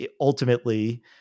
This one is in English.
ultimately